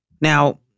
Now